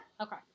Okay